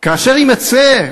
כאשר יימצא,